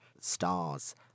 stars